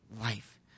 life